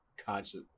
conscious